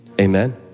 Amen